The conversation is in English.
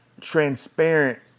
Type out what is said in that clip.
transparent